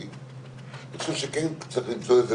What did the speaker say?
שעה 11:00. אני פותחת את ישיבת הוועדה.